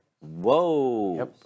Whoa